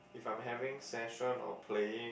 if I'm having session of playing